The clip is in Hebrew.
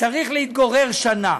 צריך להתגורר שנה.